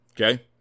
okay